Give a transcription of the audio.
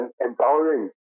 empowering